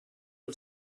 del